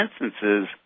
instances